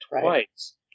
Twice